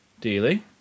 daily